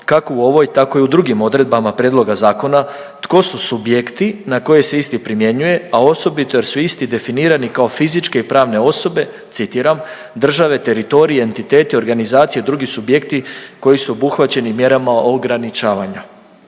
kako u ovoj tako i u drugim odredbama prijedloga zakona, tko su subjekti na koje se isti primjenjuje, a osobito jer su isti definirani kao fizičke i pravne osobe, citiram, države, teritoriji, entiteti, organizacije i drugi subjekti koji su obuhvaćeni mjerama ograničavanja.